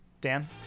dan